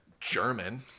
German